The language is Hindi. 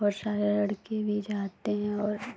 और सारें लड़के भी जाते हैं और